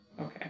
Okay